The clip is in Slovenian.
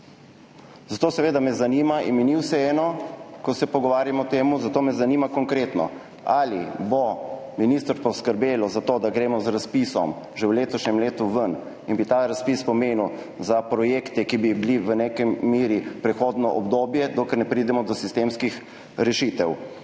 Zato me seveda zanima in mi ni vseeno, ko se pogovarjamo o tem. Zato me zanima konkretno: Ali bo ministrstvo poskrbelo za to, da gremo z razpisom že v letošnjem letu ven in bi ta razpis pomenil za projekte, ki bi bili, v neki meri prehodno obdobje, dokler ne pridemo do sistemskih rešitev?